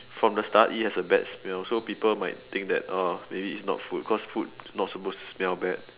from the start it has a bad smell so people might think that oh maybe it's not food cause food not supposed to smell bad